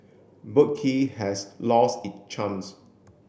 Boat Quay has lost it charms